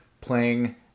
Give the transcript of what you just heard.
playing